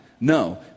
No